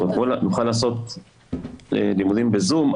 אנחנו נוכל לעשות לימודים בזום,